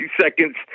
seconds